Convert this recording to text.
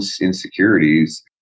insecurities